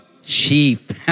sheep